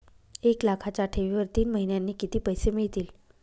एक लाखाच्या ठेवीवर तीन महिन्यांनी किती पैसे मिळतील?